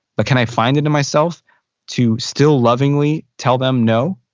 but can i find it in myself to still lovingly tell them no?